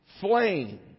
flame